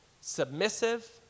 submissive